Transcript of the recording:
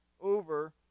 over